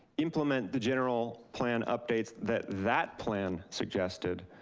implement the general plan updates that that plan suggested,